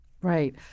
Right